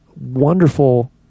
wonderful